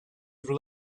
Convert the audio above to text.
have